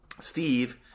Steve